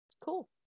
Cool